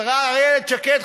השרה איילת שקד,